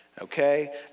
Okay